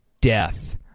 death